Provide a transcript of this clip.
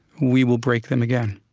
we will break them again